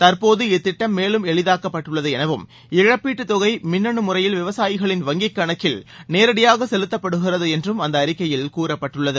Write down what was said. தற்போது இத்திட்டம் மேலும் எளிதாக்கப்பட்டுள்ளது எனவும் இழப்பீட்டுத் தொகை மின்னனு முறையில் விவசாயிகளின் வங்கி கணக்கில் நேரடியாக செலுத்தப்படுகிறது என்றும் அந்த அறிக்கையில் கூறப்பட்டுள்ளது